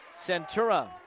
Centura